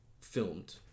filmed